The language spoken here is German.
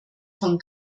von